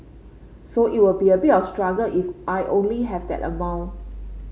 so it will be a bit of a struggle if I only have that amount